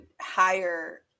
hire